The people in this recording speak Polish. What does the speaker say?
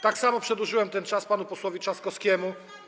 Tak samo przedłużyłem czas panu posłowi Trzaskowskiemu.